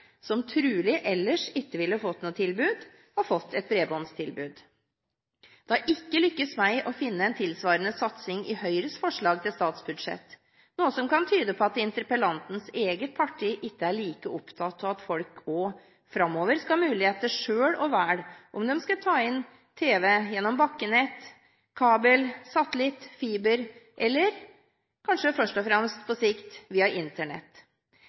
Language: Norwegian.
som trolig ellers ikke ville fått noe tilbud, har fått et bredbåndstilbud. Det har ikke lyktes meg å finne en tilsvarende satsing i Høyres forslag til statsbudsjett, noe som kan tyde på at interpellantens eget parti ikke er like opptatt av at folk også framover skal ha mulighet til selv å få velge om de skal ta inn tv gjennom bakkenett, kabel, satellitt, fiber eller – kanskje først og fremst på sikt – via Internett.